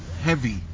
heavy